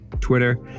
Twitter